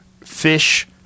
fish